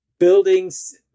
buildings